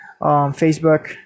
Facebook